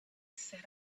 set